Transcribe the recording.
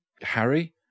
Harry